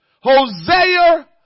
Hosea